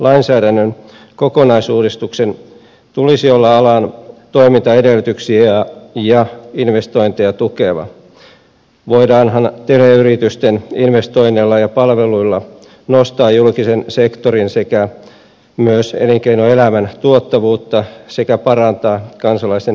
viestintälainsäädännön kokonaisuudistuksen tulisi olla alan toimintaedellytyksiä ja investointeja tukeva voidaanhan teleyritysten investoinneilla ja palveluilla nostaa julkisen sektorin sekä myös elinkeinoelämän tuottavuutta sekä parantaa kansalaisten hyvinvointia